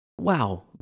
wow